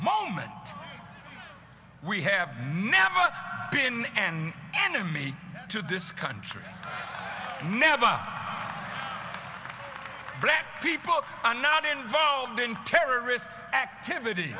moment we have never been an enemy to this country never black people are not involved in terrorist activity